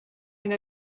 and